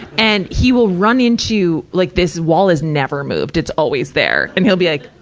and he will run into, like this wall is never moved. it's always there. and he'll be like,